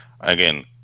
again